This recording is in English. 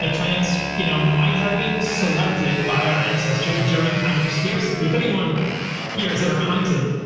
ah plants you know might have been selected by our ancestors during times of scarcity. if anyone here has ever hunted,